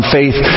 faith